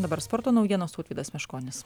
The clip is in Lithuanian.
dabar sporto naujienos tautvydas meškonis